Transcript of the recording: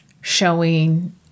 showing